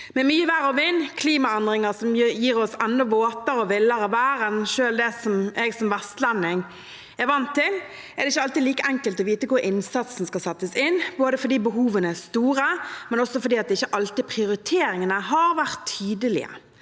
Med mye vær og vind og klimaendringer som gir oss enda våtere og villere vær enn selv det jeg som vestlending er vant til, er det ikke alltid like enkelt å vite hvor innsatsen skal settes inn, både fordi behovene er store, og fordi prioriteringene ikke alltid har vært tydelige.